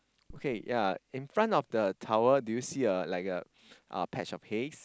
okay ya in front of the towel do you see a like a uh patch of hays